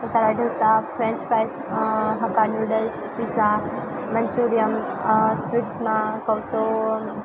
મસાલા dosa french fries hakka noodles pizza Manchurian સ્વીટ્સમાં કહું તો